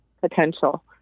potential